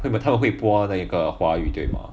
会他们会播那个华语对吗